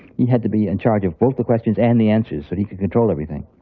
he had to be in charge of both the questions and the answers so he could control everything.